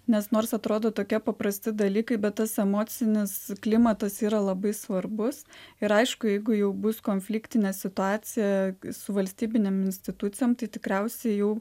nes nors atrodo tokie paprasti dalykai bet tas emocinis klimatas yra labai svarbus ir aišku jeigu jau bus konfliktinė situacija su valstybinėm institucijom tai tikriausiai jau